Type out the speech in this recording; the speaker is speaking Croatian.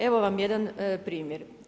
Evo vam jedan primjer.